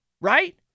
right